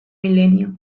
milenio